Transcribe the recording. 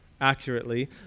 accurately